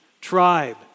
tribe